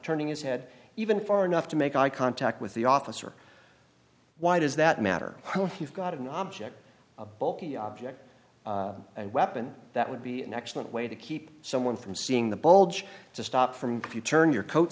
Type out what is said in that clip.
turning his head even far enough to make eye contact with the officer why does that matter when he's got an object a bulky object and weapon that would be an excellent way to keep someone from seeing the bulge to stop from if you turn your coat